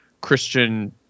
Christian